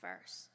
first